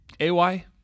ay